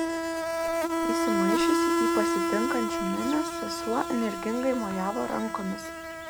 įsimaišiusi į pasitinkančių minią sesuo energingai mojavo rankomis